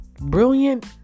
Brilliant